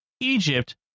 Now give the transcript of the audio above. Egypt